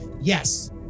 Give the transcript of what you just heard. yes